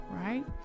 right